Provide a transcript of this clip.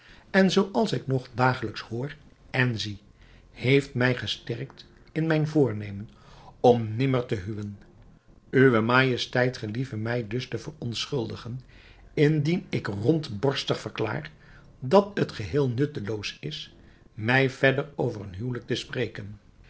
en zooals ik nog dagelijks hoor en zie heeft mij gesterkt in mijn voornemen om nimmer te huwen uwe majesteit gelieve mij dus te verontschuldigen indien ik rondborstig verklaar dat het geheel nutteloos is mij verder over een huwelijk te spreken